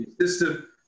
system